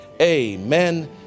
amen